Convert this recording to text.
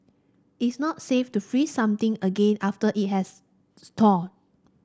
it's not safe to freeze something again after it has thawed